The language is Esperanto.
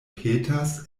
petas